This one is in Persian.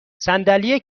صندلی